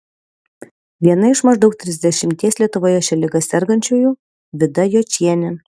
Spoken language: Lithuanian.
viena iš maždaug trisdešimties lietuvoje šia liga sergančiųjų vida jočienė